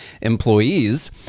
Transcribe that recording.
employees